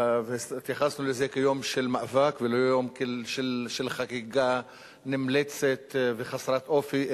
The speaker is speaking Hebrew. והתייחסנו לזה כאל יום של מאבק ולא יום של חגיגה נמלצת וחסרת אופי,